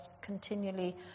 continually